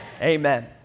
amen